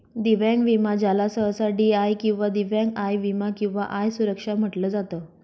दिव्यांग विमा ज्याला सहसा डी.आय किंवा दिव्यांग आय विमा किंवा आय सुरक्षा म्हटलं जात